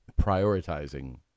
prioritizing